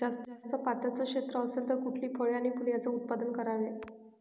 जास्त पात्याचं क्षेत्र असेल तर कुठली फळे आणि फूले यांचे उत्पादन करावे?